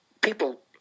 people